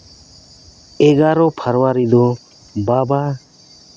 ᱮᱜᱟᱨᱚ ᱯᱷᱮᱵᱽᱨᱟᱨᱤ ᱫᱚ ᱵᱟᱵᱟ